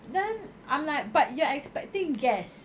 then I'm like but you're expecting guests